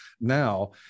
now